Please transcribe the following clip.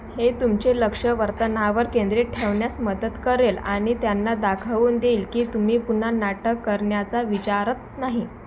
हे तुमचे लक्ष वर्तनावर केंद्रित ठेवण्यास मदत करेल आणि त्यांना दाखवून देईल की तुम्ही पुन्हा नाटक करण्याचा विचारत नाही